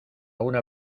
una